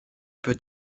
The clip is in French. peut